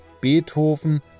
Beethoven